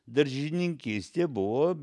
daržininkystė buvo